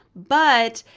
but,